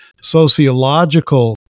sociological